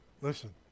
listen